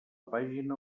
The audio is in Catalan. pàgina